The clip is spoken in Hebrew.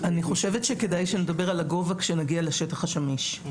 אני חושבת שכדאי שנדבר על הגובה כשנגיע לשטח השמיש.